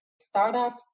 Startups